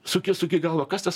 suki suki galvą kas tas